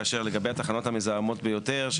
כאשר לגבי התחנות המזהמות ביותר,